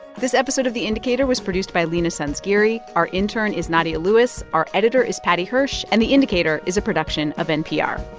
this episode of the indicator was produced by leena sanzgiri. our intern is nadia lewis. our editor is paddy hirsch. and the indicator is a production of npr